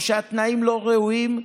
או שהתנאים לא ראויים,